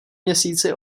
měsíci